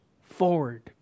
forward